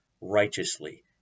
righteously